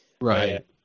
Right